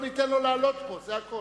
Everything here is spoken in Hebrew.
לא ניתן לו לעלות לכאן.